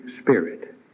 spirit